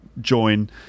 join